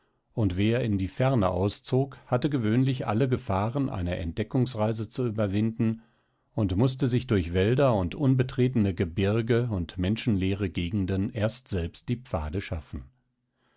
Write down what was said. und wer in die ferne auszog hatte gewöhnlich alle gefahren einer entdeckungsreise zu überwinden und mußte sich durch wälder und unbetretene gebirge und menschenleere gegenden erst selbst die pfade schaffen